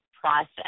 process